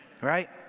right